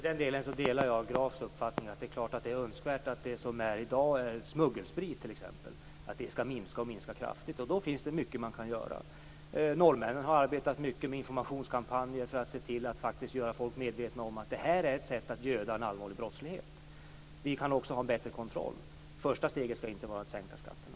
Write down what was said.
Fru talman! Jag delar Grafs uppfattning att det är önskvärt att dagens andel av t.ex. smuggelsprit skall minska kraftigt. För detta finns det mycket att göra. Norrmännen har arbetat mycket med informationskampanjer för att faktiskt göra människor medvetna om att detta är ett sätt att göda en allvarlig brottslighet. Vi kan också ha en bättre kontroll. Första steget skall inte vara att sänka skatterna.